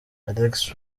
alex